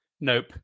Nope